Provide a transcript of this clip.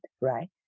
right